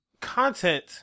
content